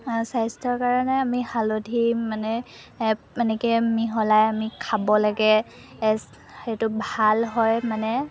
স্বাস্থ্যৰ কাৰণে আমি হালধি মানে এনেকৈ মিহলাই আমি খাব লাগে সেইটো ভাল হয় মানে